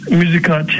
musical